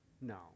No